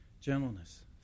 gentleness